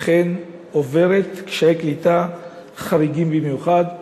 אכן עוברת קשיי קליטה חריגים במיוחד,